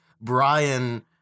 Brian